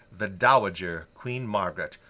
the dowager queen margaret,